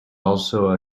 also